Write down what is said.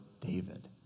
David